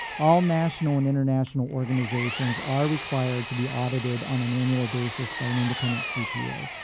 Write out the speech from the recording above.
all national and international organizations are required to be audited on an annual basis by an independent cpa.